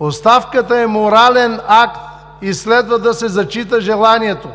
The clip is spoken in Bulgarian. оставката е морален акт и следва да се зачита желанието.